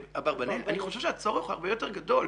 ובאברבנאל אני חושב שהצורך הוא הרבה יותר גדול.